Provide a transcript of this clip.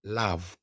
love